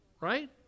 right